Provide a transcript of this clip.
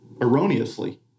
erroneously